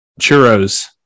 Churros